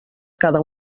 cada